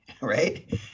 right